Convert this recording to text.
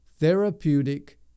therapeutic